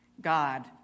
God